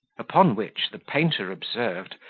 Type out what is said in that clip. upon which the painter observed,